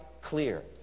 clear